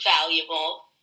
valuable